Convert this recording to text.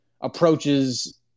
approaches